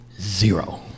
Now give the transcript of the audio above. Zero